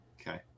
Okay